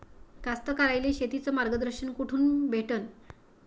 कास्तकाराइले शेतीचं मार्गदर्शन कुठून भेटन?